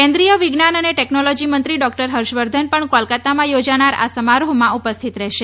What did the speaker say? કેન્દ્રીય વિજ્ઞાન અને ટેકનોલોજી મંત્રી ડૉ હર્ષવર્ધન પણ કોલકત્તામાં યોજાનાર આ સમારોહમાં ઉપસ્થિત રહેશે